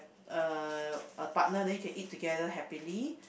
uh a partner then you can eat together happily